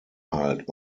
halt